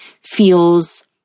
feels